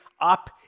Up